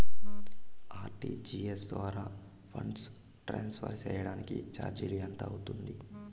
RTGS ద్వారా funds transfer సేయడానికి చార్జీలు ఎంత అవుతుంది